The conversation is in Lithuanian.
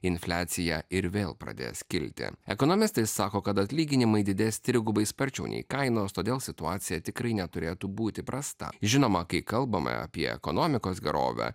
infliacija ir vėl pradės kilti ekonomistai sako kad atlyginimai didės trigubai sparčiau nei kainos todėl situacija tikrai neturėtų būti prasta žinoma kai kalbame apie ekonomikos gerovę